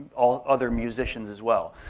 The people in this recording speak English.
ah other musicians as well.